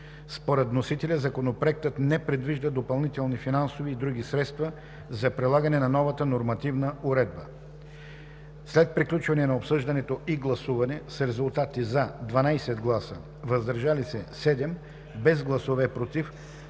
Според вносителя Законопроектът не предвижда допълнителни финансови и други средства за прилагане на новата нормативна уредба. След приключване на обсъждането и гласуване с 12 гласа „за“, без „против“